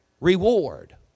reward